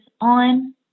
on